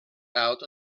out